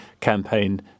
campaign